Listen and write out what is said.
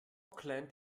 auckland